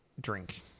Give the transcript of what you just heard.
drink